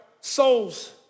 souls